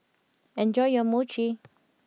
enjoy your Mochi